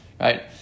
right